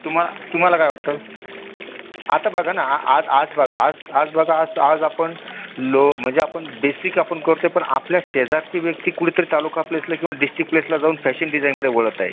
तुम्हा तुम्हाला काय वाटतं आता बघा ना आ आज आज बघा आज आज बघा आत आज आपण लो म्हणजे आपण बेसिक आपण करत आहे पण आपल्या शेजारची व्यक्ती कुठंतरी तालुका प्लेसला किंवा डिस्टिक प्लेसला जाऊन फॅशन डिझाईनकडे वळत आहे